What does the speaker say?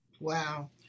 wow